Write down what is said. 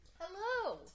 Hello